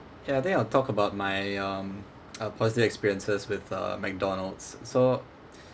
ya then I'll talk about my um uh positive experiences with a mcdonald's so